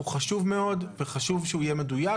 הוא חשוב מאוד וחשוב שהוא יהיה מדויק.